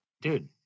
dude